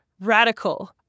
radical